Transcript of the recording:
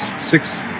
six